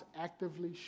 actively